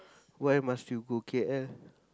why must you go K_L